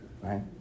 right